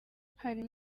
harimo